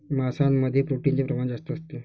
मांसामध्ये प्रोटीनचे प्रमाण जास्त असते